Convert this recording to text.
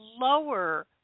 lower